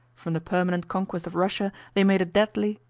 from the permanent conquest of russia they made a deadly,